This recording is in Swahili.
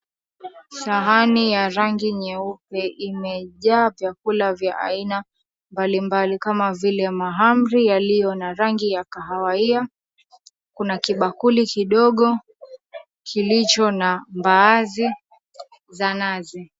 Sahani ya rangi nyeupe imejaa vyakula vya aina mbalimbali kama vile mahamri yaliyo na rangi ya kahawia. Kuna kibakuli kidogo kilicho na mbaazi za nazi.